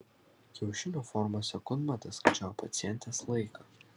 kiaušinio formos sekundmatis skaičiavo pacientės laiką